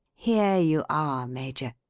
here you are, major,